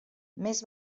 més